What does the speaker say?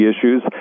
issues